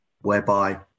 whereby